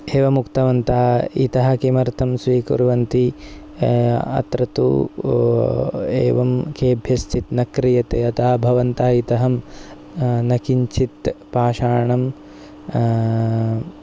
एवमुक्तवन्तः इतः किमर्थं स्वीकुर्वन्ति अत्र तु एवं केभ्यश्चित् न क्रियते अतः भवन्तः इतः न किञ्चित् पाषाणं